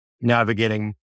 navigating